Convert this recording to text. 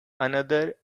another